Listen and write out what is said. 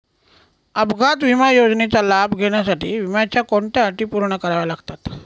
अपघात विमा योजनेचा लाभ घेण्यासाठी विम्याच्या कोणत्या अटी पूर्ण कराव्या लागतात?